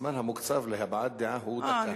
הזמן המוקצב להבעת דעה הוא דקה, אבל תסיים, בבקשה.